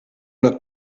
una